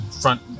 front